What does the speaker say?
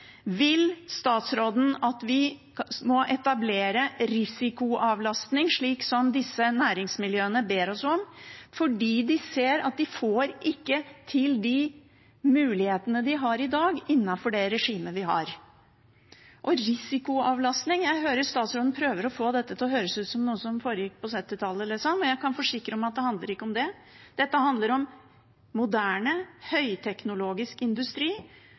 Vil statsråden det? Vil statsråden at vi etablerer risikoavlastning, slik som disse næringsmiljøene ber oss om, fordi de ser at de ikke får realisert de mulighetene de har i dag, innenfor det regimet vi har? Jeg hører at statsråden prøver å få risikoavlastning til å høres ut som noe som foregikk på 1970-tallet. Jeg kan forsikre om at det ikke handler om det. Dette handler om moderne, høyteknologisk industri,